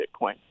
Bitcoin